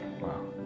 Wow